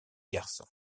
garçons